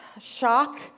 shock